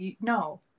No